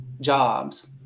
jobs